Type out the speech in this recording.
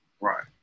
Right